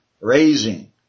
Raising